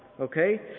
okay